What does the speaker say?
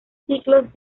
ciclos